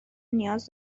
نیاز